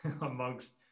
amongst